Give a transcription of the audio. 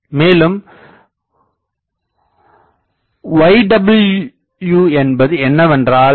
மேலும் Yw என்பது என்னவென்றால் y0TE10Y0k0